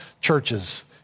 churches